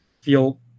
feel